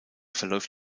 verläuft